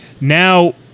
Now